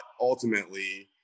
ultimately